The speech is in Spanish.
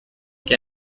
que